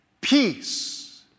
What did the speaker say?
peace